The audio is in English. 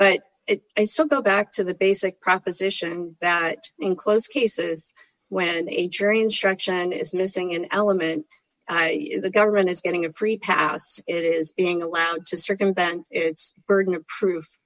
but i still go back to the basic proposition that in close cases when a jury instruction is missing an element d the government is getting a free pass it is being allowed to circumvent its burden of proof